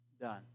done